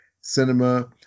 cinema